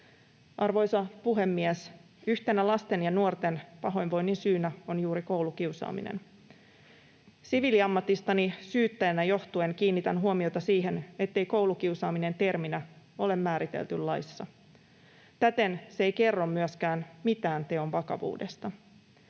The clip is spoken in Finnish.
Arvoisa puhemies! Yhtenä lasten ja nuorten pahoinvoinnin syynä on juuri koulukiusaaminen. Johtuen siviiliammatistani syyttäjänä kiinnitän huomiota siihen, ettei koulukiusaamista terminä ole määritelty laissa. Täten se ei kerro myöskään mitään teon vakavuudesta.